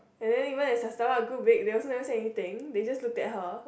and then even as the stomach grew big they also never say anything they just look at her